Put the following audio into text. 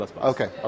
Okay